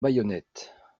baïonnettes